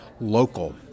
local